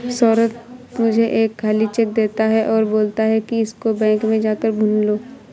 सौरभ मुझे एक खाली चेक देता है और बोलता है कि इसको बैंक में जा कर भुना लो